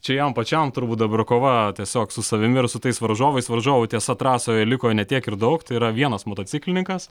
čia jam pačiam turbūt dabar kova tiesiog su savimi ir su tais varžovais varžovų tiesa trasoje liko ne tiek ir daug tai yra vienas motociklininkas